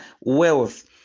wealth